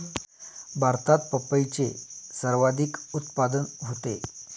भारतात पपईचे सर्वाधिक उत्पादन होते